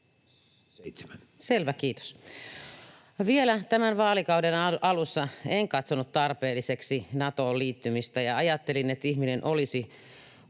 Selvä, kiitos. Vielä tämän vaalikauden alussa en katsonut tarpeelliseksi Natoon liittymistä. Ajattelin, että ihminen olisi